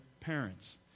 parents